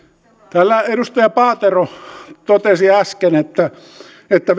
täällä edustaja paatero totesi äsken että että